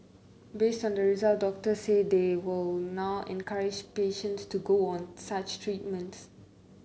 based on the results doctors say they will now encourage patients to go on such treatment